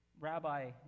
Rabbi